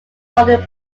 following